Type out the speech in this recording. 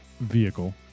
vehicle